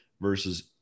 versus